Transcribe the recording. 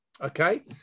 Okay